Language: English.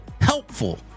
HELPFUL